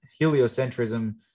heliocentrism